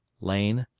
lane,